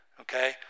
okay